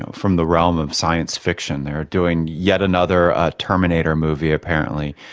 from the realm of science fiction. they're doing yet another terminator movie, apparently.